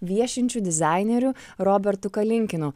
viešinčiu dizaineriu robertu kalinkinu